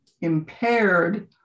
impaired